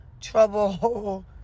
trouble